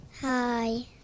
Hi